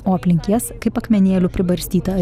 o aplink jas kaip akmenėlių pribarstyta